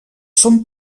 són